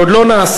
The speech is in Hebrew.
שעוד לא נעשה.